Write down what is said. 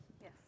Yes